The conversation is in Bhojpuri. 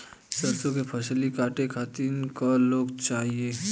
सरसो के फसलिया कांटे खातिन क लोग चाहिए?